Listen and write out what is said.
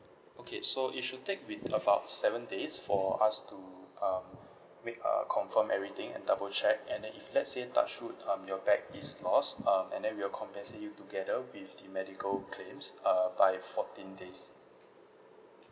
okay so it should take wi~ about seven days for us to um make a confirm everything and double check and then if let's say touch wood um your bag is lost um and then we will compensate you together with the medical claims uh by fourteen days